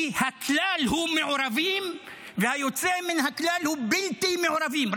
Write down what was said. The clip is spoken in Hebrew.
כי הכלל הוא מעורבים והיוצא מן הכלל הוא בלתי מעורבים.